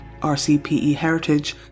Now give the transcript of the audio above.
rcpeheritage